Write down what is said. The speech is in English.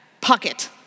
pocket